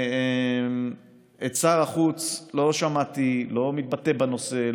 את שר החוץ לא שמעתי מתבטא בנושא,